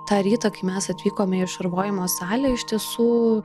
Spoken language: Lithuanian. tą rytą kai mes atvykome į šarvojimo salę iš tiesų